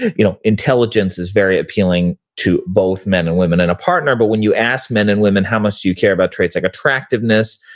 you know, intelligence is very appealing to both men and women in a partner, but when you ask men and women, how much do you care about traits like attractiveness,